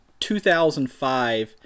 2005